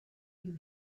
you